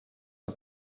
que